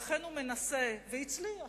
לכן הוא מנסה, והצליח,